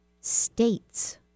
states